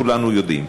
כולנו יודעים.